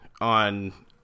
on